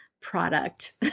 product